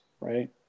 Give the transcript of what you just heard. right